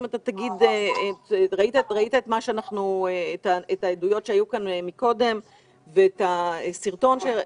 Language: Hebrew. ראית את העדויות שהיו כאן קודם ואת הסרטון שהראינו.